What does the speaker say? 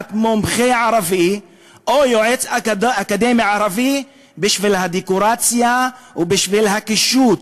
לקחת מומחה ערבי או יועץ אקדמי ערבי בשביל הדקורציה ובשביל הקישוט.